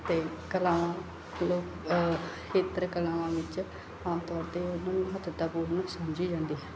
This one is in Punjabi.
ਅਤੇ ਕਲਾਵਾਂ ਲੋਕ ਖੇਤਰ ਕਲਾਵਾਂ ਵਿੱਚ ਆਮ ਤੌਰ 'ਤੇ ਉਹਨਾਂ ਨੂੰ ਮਹੱਤਵਪੂਰਨ ਸਮਝੀ ਜਾਂਦੀ ਹੈ